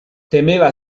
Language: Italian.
temeva